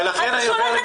לכן אני נותן את